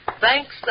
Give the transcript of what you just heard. Thanks